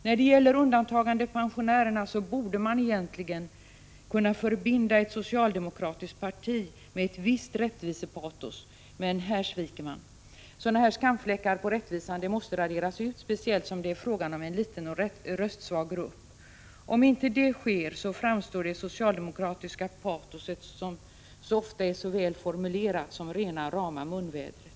När det gäller undantagandepensionärerna borde man egentligen kunna vänta sig ett visst rättvisepatos från ett socialdemokratiskt parti, men här sviker man. Sådana skamfläckar i rättvisehänseende måste raderas ut, speciellt som det är fråga om en liten och röstsvag grupp. Om inte så sker, framstår socialdemokratins patos, som ofta får så välformulerade uttryck, som rena rama munvädret.